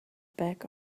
back